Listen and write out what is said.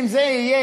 אם זה יהיה,